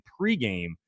pregame